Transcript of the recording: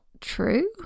true